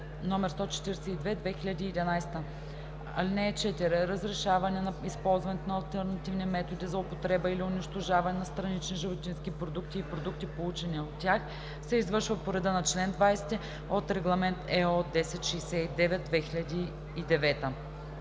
№ 142/2011. (4) Разрешаване на използването на алтернативни методи за употреба или унищожаване на странични животински продукти и продукти, получени от тях, се извършва по реда на чл. 20 от Регламент (ЕО) № 1069/2009.“